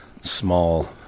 small